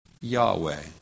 Yahweh